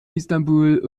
istanbul